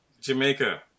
Jamaica